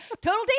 Total